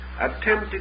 attempted